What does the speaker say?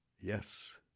yes